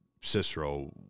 Cicero